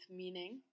meaning